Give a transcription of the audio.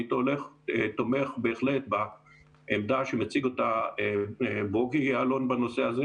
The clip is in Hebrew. אני תומך בהחלט בעמדה שמציג אותה בוגי יעלון בנושא הזה.